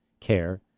care